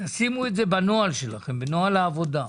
תשימו את זה בנוהל שלכם, בנוהל העבודה.